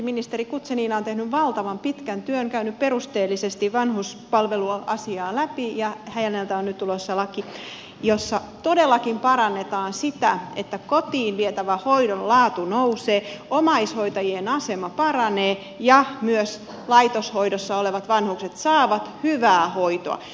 ministeri guzenina richardson on tehnyt valtavan pitkän työn käynyt perusteellisesti vanhuspalveluasiaa läpi ja häneltä on nyt tulossa laki jolla todellakin parannetaan sitä että kotiin vietävän hoidon laatu nousee omaishoitajien asema paranee ja myös laitoshoidossa olevat vanhukset saavat hyvää hoitoa